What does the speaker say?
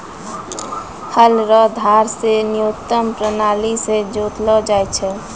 हल रो धार से न्यूतम प्राणाली से जोतलो जाय छै